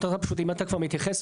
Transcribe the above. אם אתה כבר מתייחס,